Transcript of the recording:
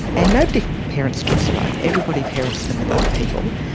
and nobody parents kids alone, everybody parents them with other people.